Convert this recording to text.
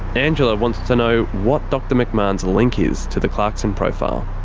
angela wants to know what dr mcmahon's link is to the clarkson profile.